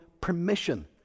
permission